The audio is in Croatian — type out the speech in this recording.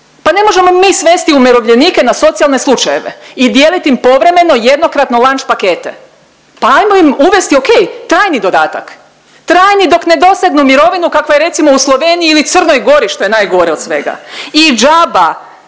pa ne možemo mi svesti umirovljenike na socijalne slučajeve i dijelit im povremeno jednokratno lunch pakete. Pa ajmo im uvesti okej trajni dodatak, trajni dok ne dosegnu mirovinu kakva je recimo u Sloveniji ili Crnoj Gori što je najgore od svega i džaba